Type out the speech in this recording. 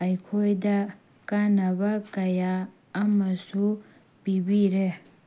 ꯑꯩꯈꯣꯏꯗ ꯀꯥꯟꯅꯕ ꯀꯌꯥ ꯑꯃꯁꯨ ꯄꯤꯕꯤꯔꯦ